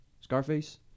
Scarface